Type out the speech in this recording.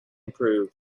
improved